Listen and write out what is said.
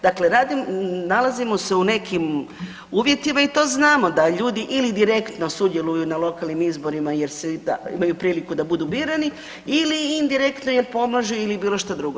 Dakle, nalazimo se u nekim uvjetima i to znamo da ljudi ili direktno sudjeluju na lokalnim izborima jer imaju priliku da budu birani ili indirektno im pomažu ili bilo što drugo.